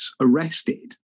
arrested